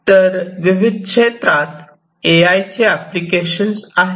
तर विविध क्षेत्रात हे आय चे ऍप्लिकेशन्स आहेत